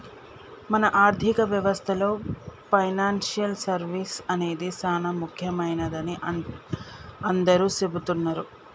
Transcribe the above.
మన ఆర్థిక వ్యవస్థలో పెనాన్సియల్ సర్వీస్ అనేది సానా ముఖ్యమైనదని అందరూ సెబుతున్నారు